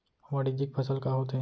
वाणिज्यिक फसल का होथे?